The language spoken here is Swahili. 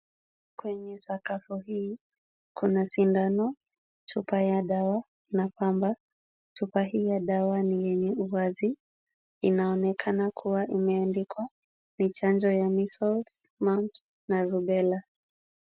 Kwenye sakafu hii, kuna sindano, chupa ya dawa na pamba. Chupa hii ya dawa ni yenye uwazi. Inaonekana kuwa imeandikwa ni chanjo ya measles, mumps na rubela .